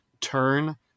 turn